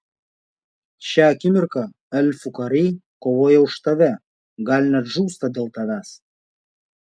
šią akimirką elfų kariai kovoja už tave gal net žūsta dėl tavęs